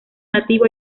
nativo